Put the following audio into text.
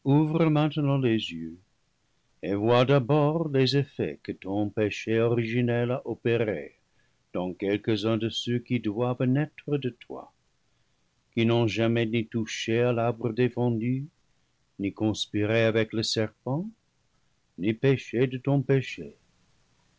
les yeux et vois d'abord les effets que ton péché originel a opérés dans quelques-uns de ceux qui doivent naître de toi qui n'ont jamais ni touché à l'arbre défendu ni conspiré avec le serpent ni péché de ton péché